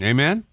Amen